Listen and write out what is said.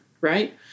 right